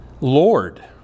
Lord